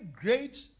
great